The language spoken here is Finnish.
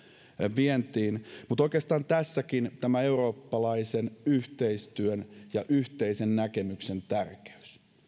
vientiin oikeastaan tässäkin on tämä eurooppalaisen yhteistyön ja yhteisen näkemyksen tärkeys